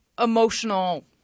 emotional